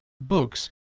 books